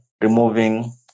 removing